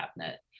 cabinet